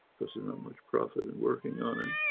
there's not much profit and working on it,